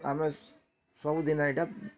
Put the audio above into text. ଆମେ ସବୁ ଦିନେ ଏଇଟା